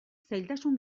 zailtasun